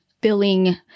billing